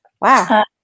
Wow